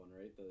right